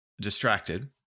distracted